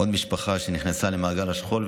עוד משפחה שנכנסה למעגל השכול,